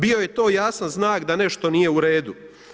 Bio je to jasan znak da nešto nije u redu.